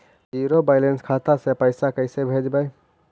Zero balance खाता से पैसा कैसे भेजबइ?